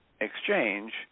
exchange